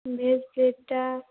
veg ପ୍ଲେଟ୍ଟା